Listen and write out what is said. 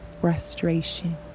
frustration